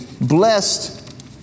blessed